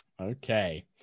Okay